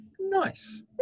nice